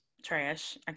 trash